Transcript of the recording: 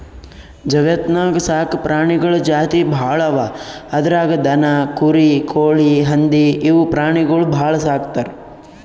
ಜಗತ್ತ್ನಾಗ್ ಸಾಕ್ ಪ್ರಾಣಿಗಳ್ ಜಾತಿ ಭಾಳ್ ಅವಾ ಅದ್ರಾಗ್ ದನ, ಕುರಿ, ಕೋಳಿ, ಹಂದಿ ಇವ್ ಪ್ರಾಣಿಗೊಳ್ ಭಾಳ್ ಸಾಕ್ತರ್